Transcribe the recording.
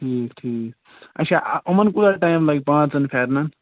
ٹھیٖک ٹھیٖک اچھا اَ یِمَن کوٗتاہ ٹایِم لگہِ پانٛژَن پھٮ۪رنَن